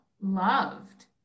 loved